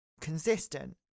consistent